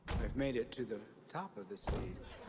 i've made it to the top of the stage.